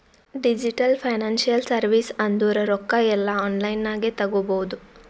digital financial service ಅಂದುರ್ ರೊಕ್ಕಾ ಎಲ್ಲಾ ಆನ್ಲೈನ್ ನಾಗೆ ತಗೋಬೋದು